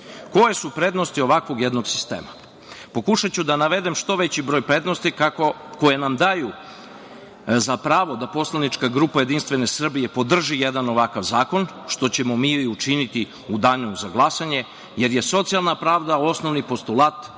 su prednosti ovakvog jednog sistema? Pokušaću da navedem što veći broj prednosti koje nam daju za pravo da poslanička grupa Jedinstvene Srbije podrži jedan ovakav zakon, što ćemo mi i učiniti u Danu za glasanje, jer je socijalna pravda osnovni postulat politike